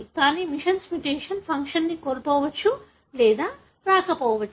కానీ missense mutation function కోల్పోవచ్చు లేదా రాకపోవచ్చు